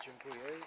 Dziękuję.